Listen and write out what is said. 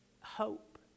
hope